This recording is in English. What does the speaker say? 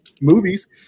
movies